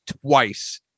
twice